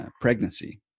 pregnancy